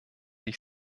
ich